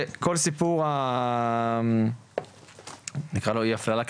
שכל סיפור אי ההפללה,